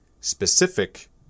specific